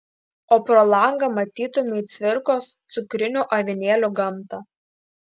o pro langą matytumei cvirkos cukrinių avinėlių gamtą